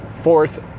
fourth